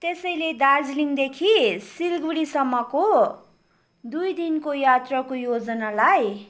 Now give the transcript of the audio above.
त्यसैले दार्जिलिङदेखि सिलगढीसम्मको दुई दिनको यात्राको योजनालाई